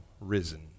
risen